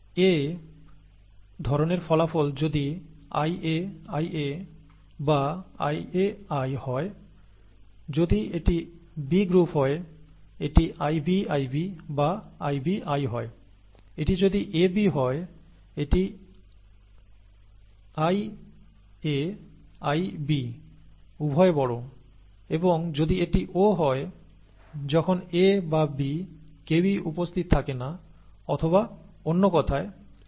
A ধরণের ফলাফল যদি IA IA বা IAi হয় যদি এটি B গ্রুপ হয় এটি IB IB বা IBi হয় এটি যদি AB হয় এটি IA IB উভয় বড় এবং যদি এটি O হয় যখন A বা B কেউই উপস্থিত থাকে না অথবা অন্য কথায় ii